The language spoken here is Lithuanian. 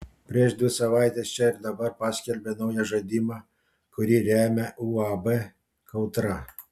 prieš dvi savaites čia ir dabar paskelbė naują žaidimą kurį remia uab kautra